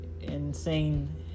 insane